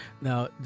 Now